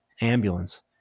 Ambulance